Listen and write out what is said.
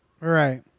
Right